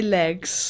legs